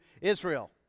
Israel